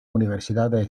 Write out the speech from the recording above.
universidades